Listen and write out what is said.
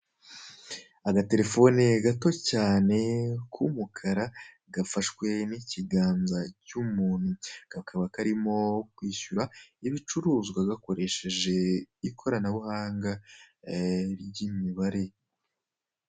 Agatelefone gato cyane k'umukara gafashwe n'ikiganza cy'umuntu, kakaba karimo kwishyura ibicuruzwa gakoresheje ikoranabuhanga ry'imibare.